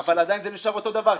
אבל עדיין זה נשאר אותו דבר,